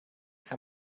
how